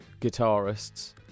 guitarists